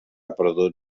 perdut